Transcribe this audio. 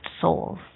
souls